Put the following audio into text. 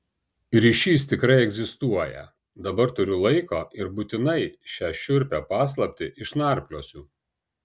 ryšys tikrai egzistuoja dabar turiu laiko ir būtinai šią šiurpią paslaptį išnarpliosiu